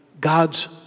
God's